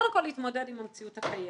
קודם כל, להתמודד עם המציאות הקיימת.